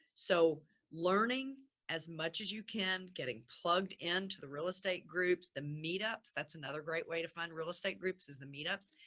so learning as much as you can, getting plugged in and to the real estate groups, the meetups. that's another great way to find real estate groups is the meetups.